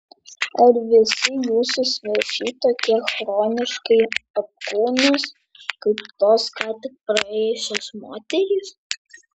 ar visi jūsų svečiai tokie chroniškai apkūnūs kaip tos ką tik praėjusios moterys